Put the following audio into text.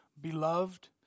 Beloved